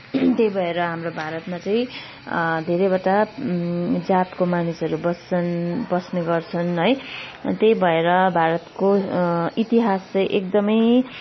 त्यही भएर हाम्रो भारतमा चाहिँ धेरैवटा जातको मानिसहरू बस्छन् बस्ने गर्छन् है त्यही भएर भारतको इतिहास चाहिँ एकदमै